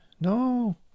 no